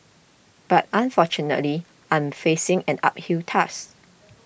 but unfortunately I'm facing an uphill task